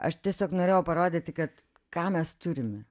aš tiesiog norėjau parodyti kad ką mes turime